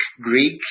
Greek